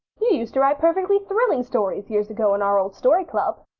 you used to write perfectly thrilling stories years ago in our old story club.